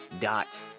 dot